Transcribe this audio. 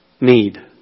need